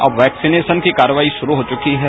अब वैक्सीनेशन की कार्रवाई शुरू हो चुकी है